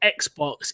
Xbox